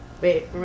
Wait